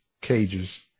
Cage's